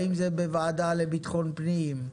האם זה בוועדה לביטחון פנים?